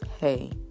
hey